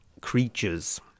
creatures